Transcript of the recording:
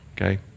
okay